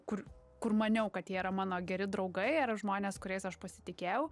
kur kur maniau kad jie yra mano geri draugai ar ir žmonės kuriais aš pasitikėjau